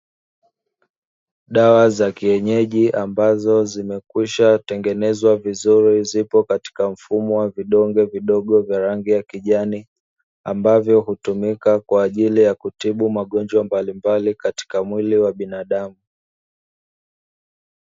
Dawa za kienyeji ambazo zimekwisha tengenezwa vizuri zipo katika mfumo wa vidonge vidogo vya rangi ya kijani, ambavyo hutumika kwa ajili ya kutibu magonjwa mbalimbali katika mwili wa binadamu.